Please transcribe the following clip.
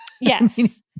Yes